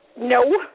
No